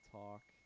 talk